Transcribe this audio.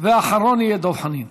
אחרון יהיה דב חנין.